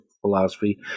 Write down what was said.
philosophy